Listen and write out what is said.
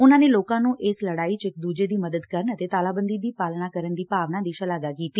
ਉਨੂਾਂ ਨੇ ਲੋਕਾਂ ਦੀ ਇਸ ਲਤਾਈ 'ਚ ਇੱਕ ਦੂਜੇ ਦੀ ਮਦਦ ਕਰਨ ਅਤੇ ਤਾਲਾਬੰਦੀ ਦੀ ਪਾਲਣਾ ਕਰਨ ਦੀ ਭਾਵਨਾ ਦੀ ਸ਼ਲਾਘਾ ਕੀਤੀ